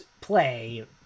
play